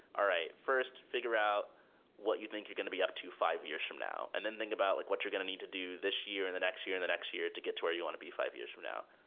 all right. first, figure out what you think you're going to be up to five years from now. and then think about like what you're going to need to do this year, in the next year, in the next year to get to where you want to be five years from now.